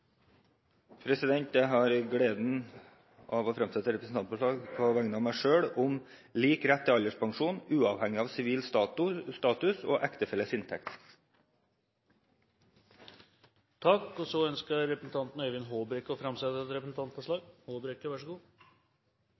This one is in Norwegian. representantforslag. Jeg har gleden av å fremme et representantforslag på vegne av meg selv om lik rett til alderspensjon uavhengig av sivil status og ektefelles inntekt. Representanten Øyvind Håbrekke vil framsette et representantforslag.